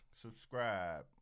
Subscribe